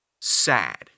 sad